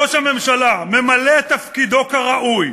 ראש הממשלה ממלא את תפקידו כראוי,